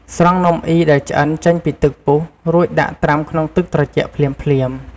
ស្រង់នំអុីដែលឆ្អិនចេញពីទឹកពុះ រួចដាក់ត្រាំក្នុងទឹកត្រជាក់ភ្លាមៗ។